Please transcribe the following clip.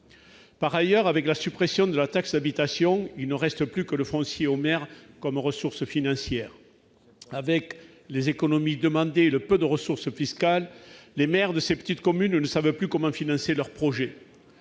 par ailleurs, avec la suppression de la taxe habitation, il ne reste plus que le foncier maire comme ressources financières avec les économies demandées, le peu de ressources fiscales, les maires de ces petites communes ne savent plus comment financer leurs projets